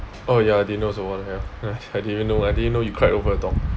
orh ya I didn't know also what the hell I didn't know I didn't know you cried over a dog